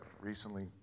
recently